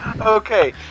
Okay